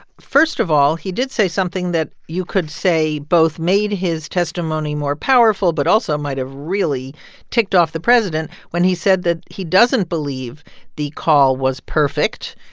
first of all, he did say something that you could say both made his testimony more powerful, but also might have really ticked off the president when he said that he doesn't believe the call was perfect.